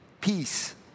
peace